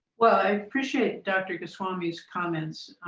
well, i appreciate dr. goswami's comments,